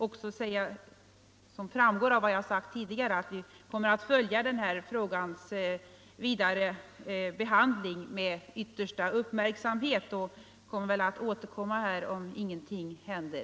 45 Som framgick av vad jag sade tidigare kommer denna frågas vidare behandling att följas med yttersta uppmärksamhet, och om ingenting händer får jag komma tillbaka i ärendet.